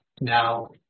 now